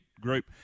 group